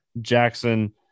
Jackson